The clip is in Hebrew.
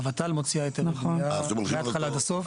הות"ל מוציאה היתרי בנייה מהתחלה ועד הסוף.